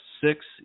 six